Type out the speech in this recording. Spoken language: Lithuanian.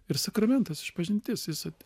ir sakramentas išpažintis jis